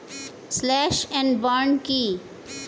Slash and burn কি?